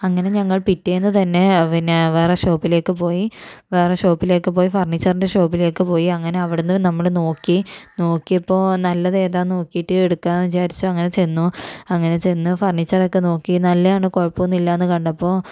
അങ്ങനെ ഞങ്ങൾ പിറ്റേന്ന് തന്നെ പിന്നെ വേറെ ഷോപ്പിലേക്ക് പോയി വേറെ ഷോപ്പിലേക്ക് പോയി ഫണീച്ചറിൻ്റെ ഷോപ്പിലേക്ക് പോയി അങ്ങനെ അവിടുന്ന് നമ്മള് നോക്കി നോക്കിയപ്പോൾ നല്ലത് ഏതാന്ന് നോക്കിയിട്ട് ട് എടുക്കാന്ന് വിചാരിച്ചു അങ്ങനെ ചെന്നു അങ്ങനെ ചെന്ന് ഫണീച്ചറൊക്കെ അങ്ങനെ നോക്കി നല്ലയാണ് കുഴപ്പമൊന്നും ഇല്ലാന്ന് കണ്ടപ്പോൾ